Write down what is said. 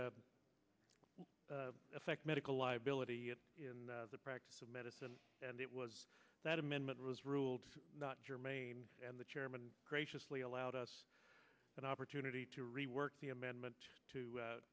affect medical liability in the practice of medicine and it was that amendment was ruled not germane and the chairman graciously allowed us an opportunity to rework the amendment to